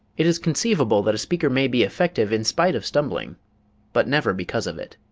it is conceivable that a speaker may be effective in spite of stumbling but never because of it.